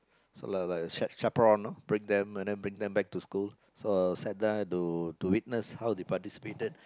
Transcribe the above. so like like a chap~ chaperone you know bring them and then bring them back to school so I sat there to to witness how they participated